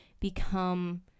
become